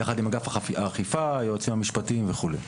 יחד עם אגף האכיפה, היועצים המשפטיים וכו'.